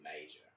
major